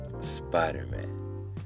Spider-Man